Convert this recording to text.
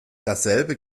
dasselbe